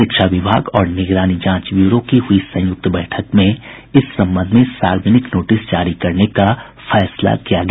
शिक्षा विभाग और निगरानी जांच ब्यूरो की हुई संयुक्त बैठक में इस संबंध में सार्वजनिक नोटिस जारी करने का फैसला किया गया